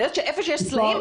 אני יודעת שהיכן שיש סלעים,